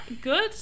good